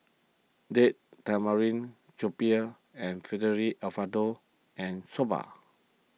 Date Tamarind and Fettuccine Alfredo and Soba